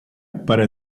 para